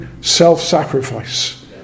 self-sacrifice